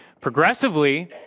progressively